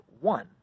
one